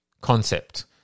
concept